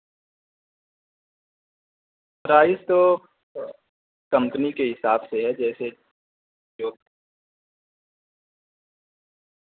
price تو company کے حساب سے ہے جیسے جو